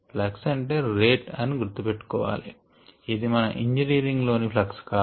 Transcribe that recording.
flux అంటే rate అని గుర్తు పెట్టుకోవాలి ఇది మం ఇంజినీరింగ్ లోని ప్లక్స్ కాదు